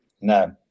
No